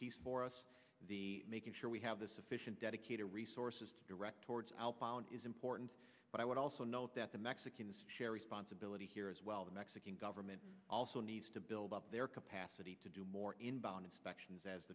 piece for us the making sure we have the sufficient dedicated resources directorate southbound is important but i would also note that the mexicans share responsibility here as well the mexican government also needs to build up their capacity to do more inbound inspections as